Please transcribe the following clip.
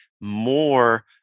more